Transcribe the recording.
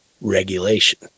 regulation